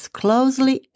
closely